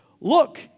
look